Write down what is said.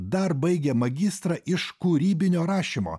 dar baigė magistrą iš kūrybinio rašymo